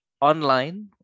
online